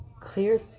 clear